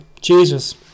Jesus